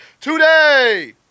today